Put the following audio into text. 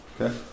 okay